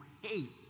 hate